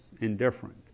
indifferent